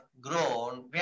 grown